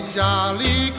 jolly